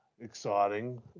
Exciting